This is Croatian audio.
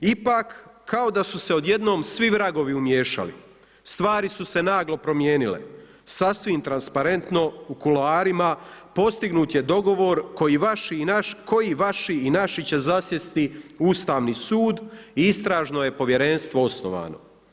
Ipak kao da su se odjednom svi vragovi umiješali, stvari su se naglo primijenile, sasvim transparentno u kuloarima, postignut je dogovor, tko i vaš i naš, koji vaši i naši će zasjesti Ustavni sud i istražno je povjerenstvo osnovano.